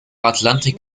atlantik